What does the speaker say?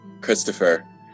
Christopher